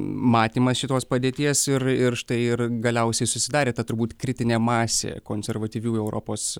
matymas šitos padėties ir ir štai ir galiausiai susidarė ta turbūt kritinė masė konservatyvių europos